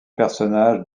personnage